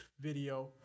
video